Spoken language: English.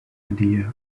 idea